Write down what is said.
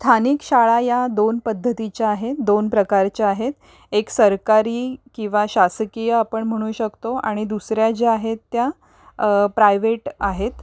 स्थानिक शाळा या दोन पद्धतीच्या आहेत दोन प्रकारच्या आहेत एक सरकारी किंवा शासकीय आपण म्हणू शकतो आणि दुसऱ्या ज्या आहेत त्या प्रायवेट आहेत